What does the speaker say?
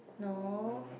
no